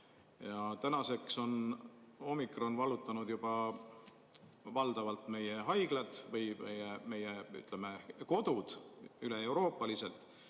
Tänaseks on omikron vallutanud juba valdavalt meie haiglad või, ütleme, meie kodud üleeuroopaliselt.